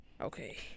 Okay